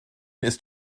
ist